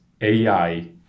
AI